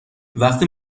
وقتی